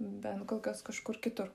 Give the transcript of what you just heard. bent kol kas kažkur kitur